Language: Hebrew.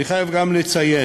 אני חייב גם לציין